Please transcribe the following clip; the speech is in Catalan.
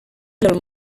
del